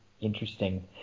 interesting